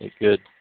good